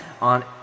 on